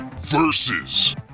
versus